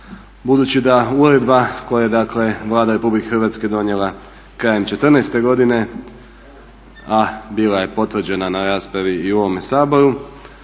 budući da uredba koja je Vlada RH donijela krajem 2014.godine, a bila je potvrđena i na raspravi u ovome Saboru